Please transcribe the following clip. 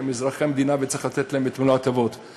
הם אזרחי המדינה וצריך לתת להם את מלוא ההטבות,